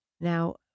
now